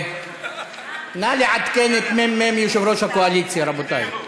נא לעדכן את מ"מ יושב-ראש הקואליציה, רבותי.